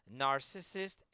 narcissist